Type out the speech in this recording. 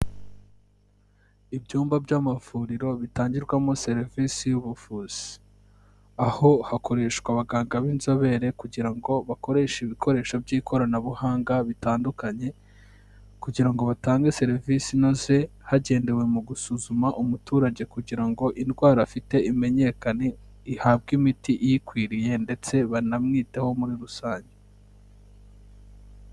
Ibyumba by'amavuriro bitangirwamo serivisi y'ubuvuzi. Aho hakoreshwa abaganga b'inzobere kugira ngo bakoreshe ibikoresho by'ikoranabuhanga bitandukanye, kugira ngo batange serivisi inoze, hagendewe mu gusuzuma umuturage kugira ngo indwara afite imenyekane, ihabwe imiti iyikwiriye ndetse banamwiteho muri rusange.